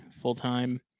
full-time